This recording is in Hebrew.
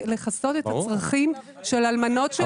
ולכסות את הצרכים של אלמנות של נכים כי אנחנו מבינים